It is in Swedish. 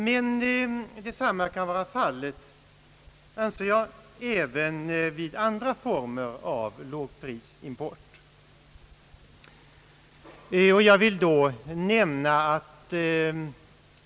Men detsamma kan vara fallet, anser jag, även vid andra former av lågprisimport.